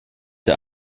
der